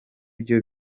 byo